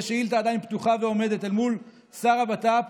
יש שאילתה שעדיין פתוחה ועומדת אל מול שר הבט"פ,